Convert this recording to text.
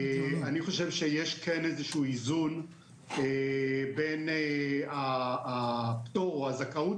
אני חושב שיש כן איזשהו איזון בין הפטור או הזכאות